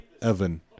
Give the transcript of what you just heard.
Evan